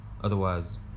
otherwise